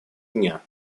дня